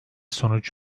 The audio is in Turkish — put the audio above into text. sonuç